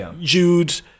Jude